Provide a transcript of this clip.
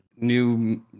new